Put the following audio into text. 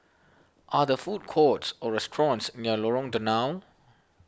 are there food courts or restaurants near Lorong Danau